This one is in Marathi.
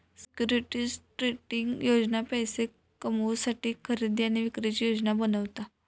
सिक्युरिटीज ट्रेडिंग योजना पैशे कमवुसाठी खरेदी आणि विक्रीची योजना बनवता